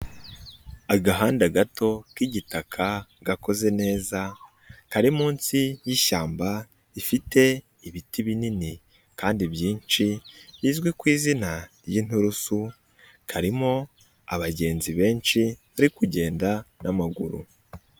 Agahanda gato k'igitaka gakoze neza kari munsi yishyamba rifite ibiti binini kandi byinshi bizwi ku izina ry'inturusu karimo abagenzi benshi bari kugenda n'amaguru.